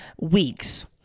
weeks